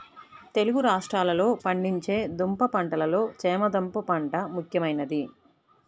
తెలుగు రాష్ట్రాలలో పండించే దుంప పంటలలో చేమ దుంప పంట ముఖ్యమైనది